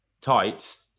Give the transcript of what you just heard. tights